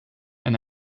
and